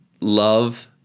love